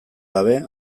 gabe